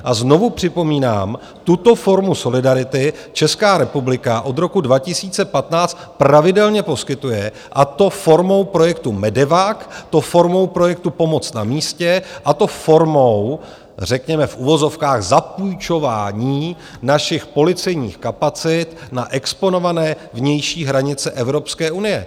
A znovu připomínám, tuto formu solidarity Česká republika od roku 2015 pravidelně poskytuje, a to formou projektu MEDEVAC, to formou projektu Pomoc na místě, a to formou, řekněme, v uvozovkách, zapůjčování našich policejních kapacit na exponované vnější hranice Evropské unie.